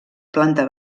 planta